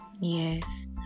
yes